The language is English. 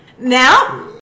now